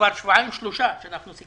כבר לפני שבועיים שלושה סיכמנו